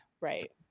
right